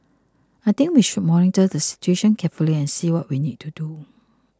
I think we should monitor the situation carefully and see what we need to do